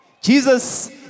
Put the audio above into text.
Jesus